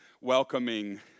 welcoming